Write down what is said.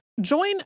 Join